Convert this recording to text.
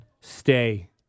Stay